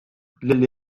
lill